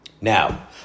Now